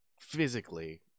physically